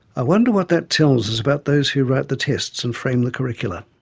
i wonder what that tells us about those who write the tests and frame the curricula?